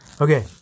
okay